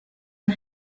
and